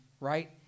right